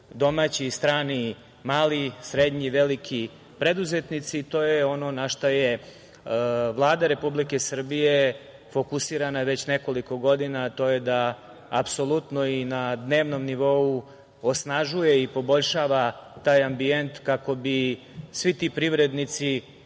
domaći i strani, mali, srednji i veliki preduzetnici i to je ono na šta se Vlada Republike Srbije fokusirana već nekoliko godina, to je da apsolutno i na dnevnom nivou osnažuje i poboljšava taj ambijent kako bi svi ti privrednici